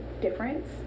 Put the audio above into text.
difference